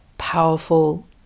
powerful